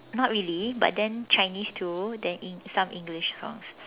not really but then Chinese too then eng~ some English songs